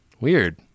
Weird